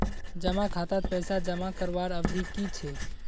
जमा खातात पैसा जमा करवार अवधि की छे?